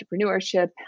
entrepreneurship